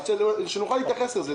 אז שנוכל להתייחס לזה.